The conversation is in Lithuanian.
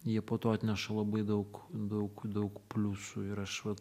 jie po to atneša labai daug daug daug pliusų ir aš vat